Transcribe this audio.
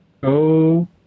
go